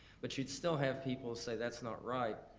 but you'd still have people say that's not right.